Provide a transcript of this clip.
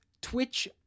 Twitch